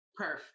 Perf